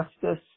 Justice